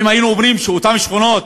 ואם היינו אומרים שאותן שכונות